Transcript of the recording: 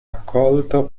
accolto